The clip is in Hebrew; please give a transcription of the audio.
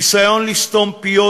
ניסיון לסתום פיות,